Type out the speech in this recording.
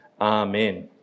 Amen